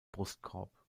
brustkorb